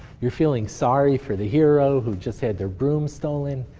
you're feeling sorry for the hero who just had their brooms stolen,